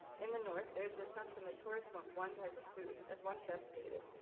in the north there is the assumption that tourists want one type of food, as one chef stated,